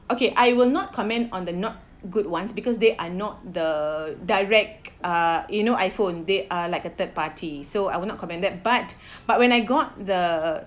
okay I will not comment on the not good ones because they are not the direct uh you know iPhone they are like a third party so I would not commented but but when I got the